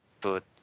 put